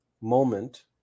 moment